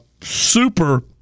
super